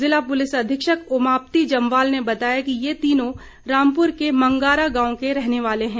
जिला पुलिस अधीक्षक ओमाप्ति जंबाल ने बताया किये तीनों रामपुर के मंगारा गांव के रहने वाले हैं